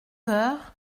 heures